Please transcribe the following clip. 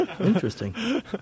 interesting